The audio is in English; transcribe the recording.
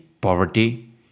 poverty